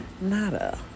Nada